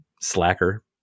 Slacker